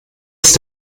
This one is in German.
ist